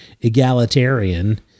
egalitarian